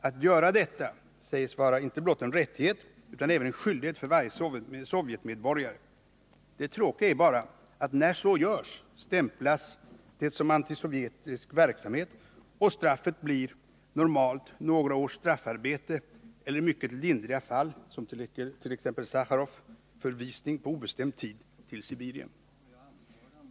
Att använda denna rättighet sägs vara inte blott en rättighet utan även en skyldighet för varje sovjetmedborgare. Det tråkiga är bara att när så görs stämplas det som antisovjetisk verksamhet, och straffet blir normalt några års straffarbete eller i mycket lindriga fall, som beträffande Sacharov, förvisning på obestämd tid till Sibirien.